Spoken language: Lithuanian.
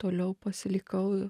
toliau pasilikau